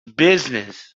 business